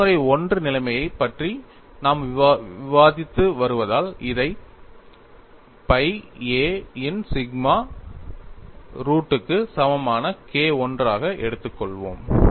பயன்முறை I நிலைமையைப் பற்றி நாம் விவாதித்து வருவதால் இதை pi a இன் சிக்மா ரூட்டுக்கு சமமான K1 ஆக எடுத்துக்கொள்வோம்